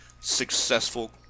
successful